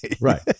right